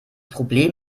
problem